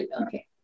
okay